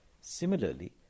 Similarly